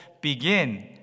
begin